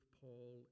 Paul